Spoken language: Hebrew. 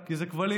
כי זה כבלים.